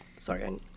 Sorry